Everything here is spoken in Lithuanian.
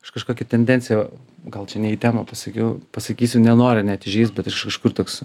aš kažkokią tendenciją gal čia ne į temą pasakiau pasakysiu nenoriu net įžeist bet iš kažkur toks